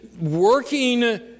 working